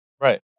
Right